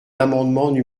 l’amendement